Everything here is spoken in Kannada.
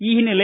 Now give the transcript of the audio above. ಈ ಹಿನ್ನೆಲೆ